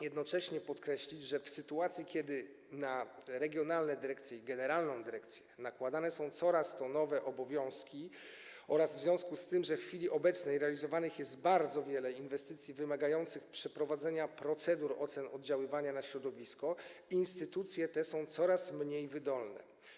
Jednocześnie trzeba podkreślić, że w sytuacji gdy na regionalne dyrekcje i generalną dyrekcję nakładane są coraz to nowe obowiązki, a także w związku z tym, że w chwili obecnej realizowanych jest bardzo wiele inwestycji wymagających przeprowadzenia procedur ocen oddziaływania na środowisko, instytucje te są coraz mniej wydolne.